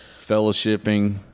fellowshipping